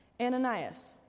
Ananias